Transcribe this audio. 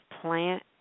plant